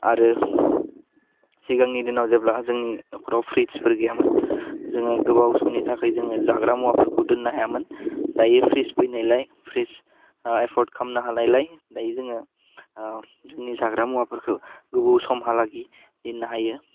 आरो सिगांनि दिनाव जेब्ला जोंनि न'खराव प्रिटसफोर गैयामोन जोङो गोबाव समनि थाखाय जोङो जाग्रा मुवाफोरखौ दोन्नो हायामोन दायो प्रिटस फैनायलाय प्रिस एपर्ट खालामनो हानायलाय दायो जोङो ओह जोंनि जाग्रा मुवाफोरखौ गोबाव समहालागै दोन्नो हायो